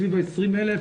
סביב ה-20,000,